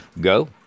Go